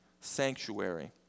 Sanctuary